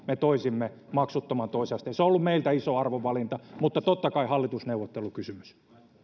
me toisimme maksuttoman toisen asteen se on ollut meiltä iso arvovalinta mutta totta kai hallitusneuvottelukysymys